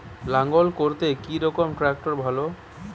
লাঙ্গল করতে কি রকম ট্রাকটার ভালো?